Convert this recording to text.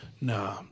Nah